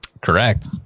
Correct